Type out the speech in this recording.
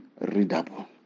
readable